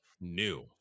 new